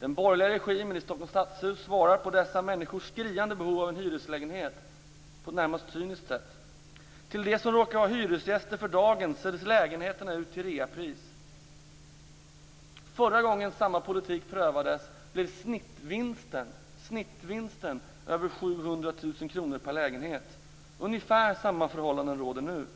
Den borgerliga regimen i Stockholms stadshus svarar på dessa människors skriande behov av en hyreslägenhet på ett närmast cyniskt sätt. Till dem som för dagen råkar vara hyresgäster säljs lägenheterna ut till reapris. Förra gången samma politik prövades blev snittvinsten över 700 000 kr per lägenhet! Ungefär samma förhållanden råder nu.